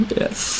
yes